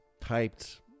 typed